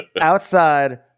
outside